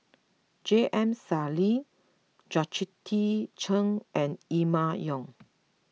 J M Sali Georgette Chen and Emma Yong